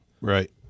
Right